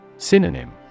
Synonym